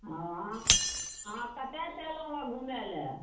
हँ अहाँ अहाँ कतयसँ एलौ हँ घुमय लए